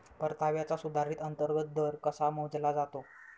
परताव्याचा सुधारित अंतर्गत दर कसा मोजला जातो?